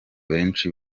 benshi